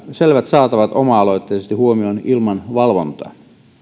selvät saatavat oma aloitteisesti huomioon ilman valvontaa